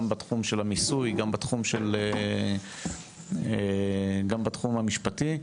גם בתחום של מיסוי וגם בתחום המפשטי,